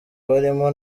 barimo